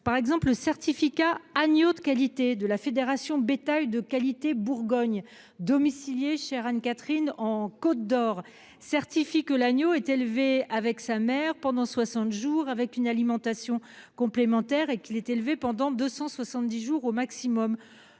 deux exemples. Le certificat « agneau de qualité », de la Fédération bétail de qualité Bourgogne, domiciliée en Côte d'Or- chez Anne-Catherine Loisier -, garantit que l'agneau est élevé avec sa mère pendant 60 jours, avec une alimentation complémentaire, et qu'il est élevé pendant 270 jours au maximum.